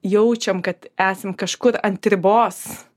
jaučiam kad esam kažkur ant ribos